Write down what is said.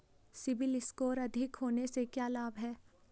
CIBIL score अधिक होने से क्या लाभ हैं?